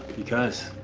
because